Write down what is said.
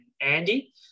Andy